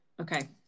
okay